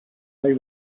they